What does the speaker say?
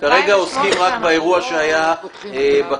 אנחנו כרגע עוסקים רק באירוע שהיה בקלפי.